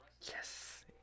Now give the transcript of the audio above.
Yes